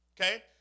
Okay